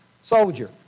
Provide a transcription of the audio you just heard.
Soldier